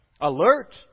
Alert